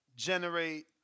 Generate